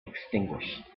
extinguished